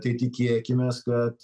tai tikėkimės kad